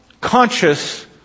conscious